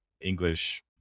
English